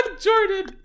Jordan